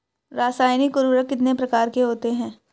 रासायनिक उर्वरक कितने प्रकार के होते हैं?